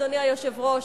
אדוני היושב-ראש,